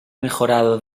mejorado